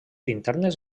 internes